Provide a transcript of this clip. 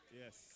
yes